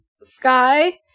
Sky